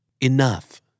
Enough